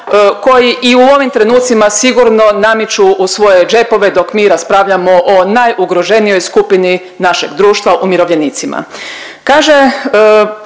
koji i u ovim trenucima sigurno nameću u svoje džepove dok mi raspravljamo o najugroženijoj skupni našeg društva, umirovljenicima.